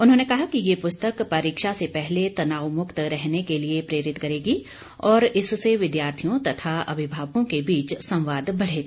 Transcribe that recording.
उन्होंने कहा कि यह प्रस्तक परीक्षा से पहले तनाव मुक्त रहने के लिए प्रेरित करेगी और इससे विद्यार्थियों तथा अभिभावकों के बीच संवाद बढ़ेगा